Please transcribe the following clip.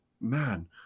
man